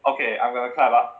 okay I'm gonna clap ah